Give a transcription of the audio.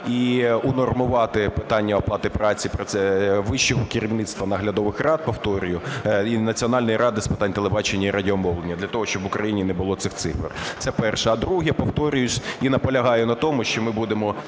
і унормувати питання оплати праці про це вищого керівництва наглядових рад, повторюю, і Національної ради з питань телебачення і радіомовлення для того, щоб в Україні не було цих цифр. Це перше. А друге – повторююсь і наполягаю на тому, що ми будемо